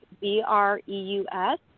B-R-E-U-S